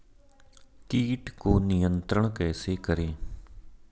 कीट को नियंत्रण कैसे करें?